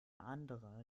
andere